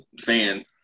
fan